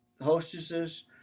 hostesses